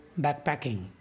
backpacking